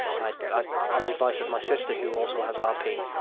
ah ah on the advice of my sister, who also has rp,